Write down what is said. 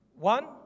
One